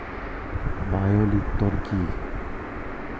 Bio লিওর কি?